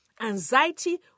anxiety